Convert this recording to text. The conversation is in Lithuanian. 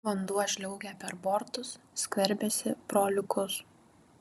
vanduo žliaugia per bortus skverbiasi pro liukus